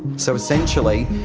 so essentially,